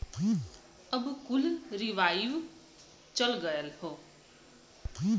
अब कुल रीवाइव चल गयल हौ